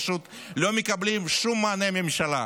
פשוט לא מקבלים שום מענה מהממשלה,